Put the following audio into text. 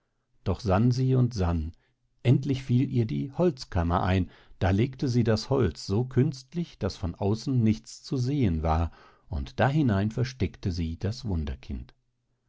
doch sann sie und sann endlich fiel ihr die holzkammer ein da legte sie das holz so künstlich daß von außen nichts zu sehen war und dahinein versteckte sie das wunderkind